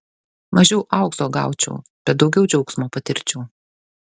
mažiau aukso gaučiau bet daugiau džiaugsmo patirčiau